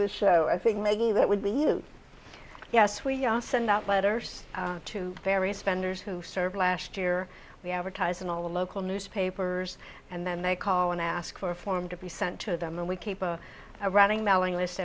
the show i think maybe that would be you yes we send out letters to various vendors who serve last year we advertise in all the local newspapers and then they call and ask for a form to be sent to them and we keep a running mailing list